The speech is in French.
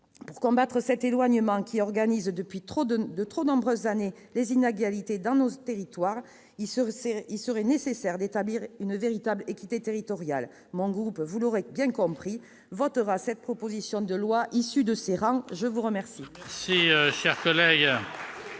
pour combattre cet éloignement qui organise depuis de trop nombreuses années les inégalités dans nos territoires, il serait nécessaire d'établir une véritable équité territoriale. Mon groupe, vous l'aurez compris, mes chers collègues, votera cette proposition de loi issue de ses rangs. La parole